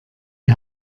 die